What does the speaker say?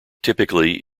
typically